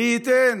מי ייתן